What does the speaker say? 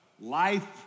life